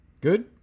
Good